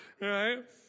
right